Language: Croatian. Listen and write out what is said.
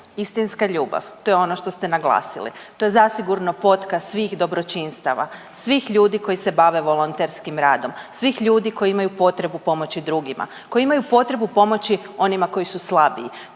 istinska ljubav, to je ono što ste naglasili, to je zasigurno .../Govornik se ne razumije./... svih dobročinstava, svih ljudi koji se bave volonterskim radom, svih ljudi koji imaju potrebu pomoći drugima, koji imaju potrebu pomoći onima koji su slabiji.